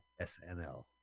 SNL